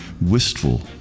wistful